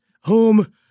home